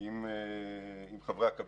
עם חברי הקבינט.